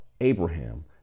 Abraham